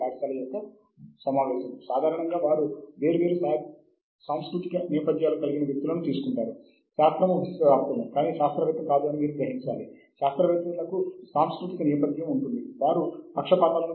మరియు చాలా మటుకు అతను మరింత విజయవంతమైన శాస్త్రవేత్త